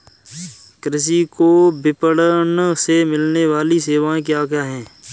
कृषि को विपणन से मिलने वाली सेवाएँ क्या क्या है